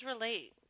relate